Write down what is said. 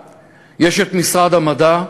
יש העירייה, יש משרד המדע,